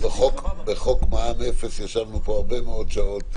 בחוק מע"מ אפס ישבנו פה הרבה מאוד שעות,